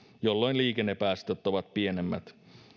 jolloin liikennepäästöt ovat pienemmät